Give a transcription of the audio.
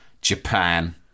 Japan